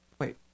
Wait